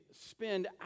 spend